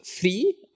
free